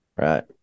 Right